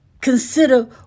Consider